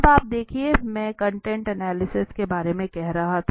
अब आप देखिए मैं कंटेंट एनालिसिस के बारे में कह रहा था